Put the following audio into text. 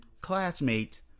classmates